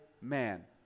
man